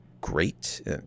great